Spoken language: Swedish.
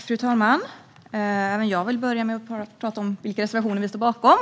Fru talman! Även jag vill börja med reservationerna. Vi står bakom